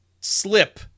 slip